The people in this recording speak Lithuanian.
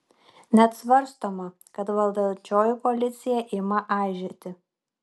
net svarstoma kad valdančioji koalicija ima aižėti